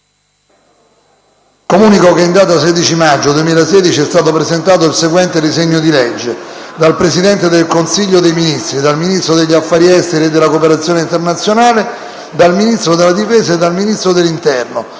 Comunico che in data 16 maggio 2016 è stato presentato il seguente disegno di legge: *dal Presidente del Consiglio dei ministri, dal Ministro degli affari esteri e della cooperazione internazionale, dal Ministro della difesa e dal Ministro dell'interno*